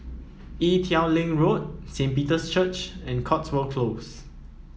Ee Teow Leng Road Saint Peter's Church and Cotswold Close